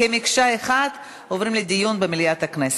הן, כמקשה אחת, עוברות לדיון במליאת הכנסת.